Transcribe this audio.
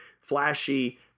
flashy